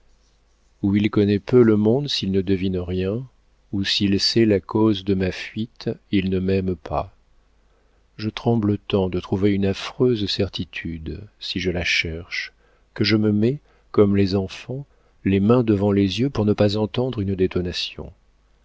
ou il connaît peu le monde s'il ne devine rien ou s'il sait la cause de ma fuite il ne m'aime pas je tremble tant de trouver une affreuse certitude si je la cherche que je me mets comme les enfants les mains devant les yeux pour ne pas entendre une détonation